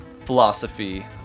philosophy